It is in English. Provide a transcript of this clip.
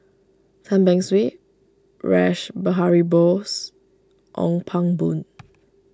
Tan Beng Swee Rash Behari Bose Ong Pang Boon